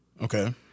Okay